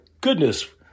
goodness